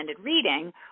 reading